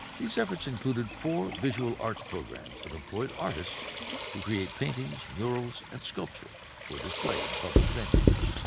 these efforts included four visual arts programs that employed artists to create paintings, murals, and sculpture for display in public venues.